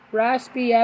raspy